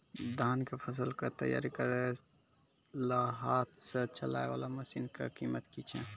धान कऽ फसल कऽ तैयारी करेला हाथ सऽ चलाय वाला मसीन कऽ कीमत की छै?